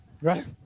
Right